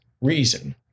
reason